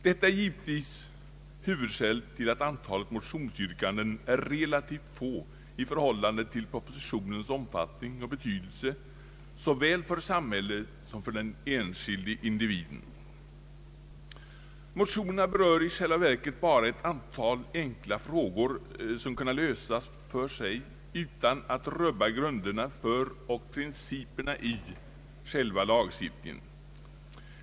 Detta är givetvis huvudskälet till att antalet motionsyrkanden är relativt litet i förhållande till propositionens omfattning och betydelse såväl för samhället som för den enskilde individen. Motionerna berör i själva verket bara ett antal enkla problem, som kan lösas för sig utan att grunderna för och principerna i själva lagstiftningen rubbas.